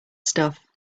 stuff